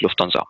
Lufthansa